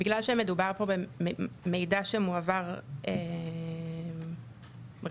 בגלל שמדובר פה במידע שמועבר רטרו אקטיבית,